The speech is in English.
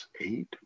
eight